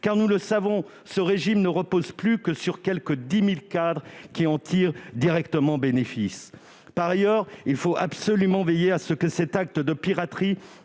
? Nous le savons, ce régime ne repose plus que sur quelque 10 000 cadres qui en tirent directement profit. Par ailleurs, il faut absolument veiller à ce que cet acte de piraterie